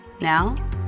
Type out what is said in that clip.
Now